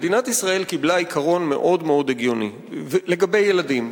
מדינת ישראל קיבלה עיקרון מאוד הגיוני לגבי ילדים,